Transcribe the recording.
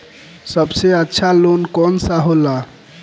सबसे अच्छा लोन कौन सा होला?